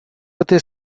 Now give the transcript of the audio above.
этой